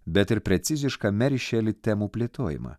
bet ir precizišką meri šeli temų plėtojimą